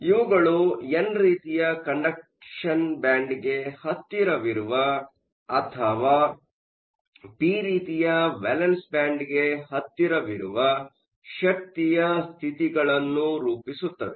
ಇವುಗಳು ಎನ್ ರೀತಿಯ ಕಂಡಕ್ಷನ ಬ್ಯಾಂಡ್ಗೆ ಹತ್ತಿರವಿರುವ ಅಥವಾ ಪಿ ರೀತಿಯ ವೇಲೆನ್ಸ್ ಬ್ಯಾಂಡ್ಗೆ ಹತ್ತಿರವಿರುವ ಶಕ್ತಿಯ ಸ್ಥಿತಿಗಳನ್ನು ರೂಪಿಸುತ್ತವೆ